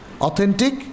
Authentic